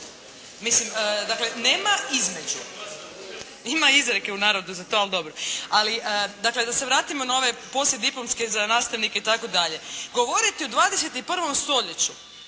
Mislim dakle nema između. Ima izrijeke u narodu za to, ali dobro. Ali dakle da se vratimo na ove poslijediplomske za nastavnike itd. Govoriti u 21. stoljeću